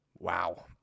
Wow